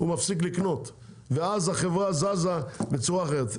אז הציבור מספיק לקנות ואז החברה זזה בצורה אחרת,